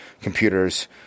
computers